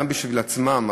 גם בשביל עצמם,